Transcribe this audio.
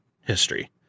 history